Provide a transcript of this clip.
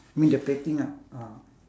I mean the plating lah ah